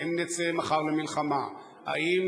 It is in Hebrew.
האם